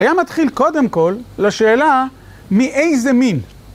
היה מתחיל קודם כל לשאלה, "מאיזה מין?"